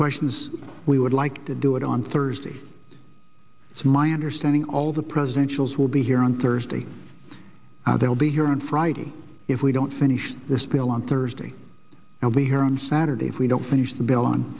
question is we would like to do it on thursday it's my understanding all the presidential is will be here on thursday they'll be here on friday if we don't finish this bill on thursday i'll be here on saturday if we don't finish the bill on